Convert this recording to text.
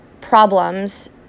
problems